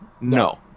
No